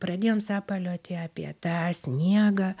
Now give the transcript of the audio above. pradėjom sapalioti apie tą sniegą